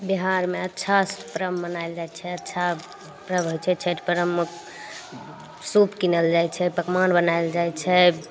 बिहारमे अच्छासँ पर्व मनाओल जाइ छै अच्छा पर्व होइ छै छैठ पर्वमे सूप किनल जाइ छै पकवान बनाओल जाइ छै